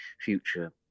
future